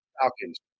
Falcons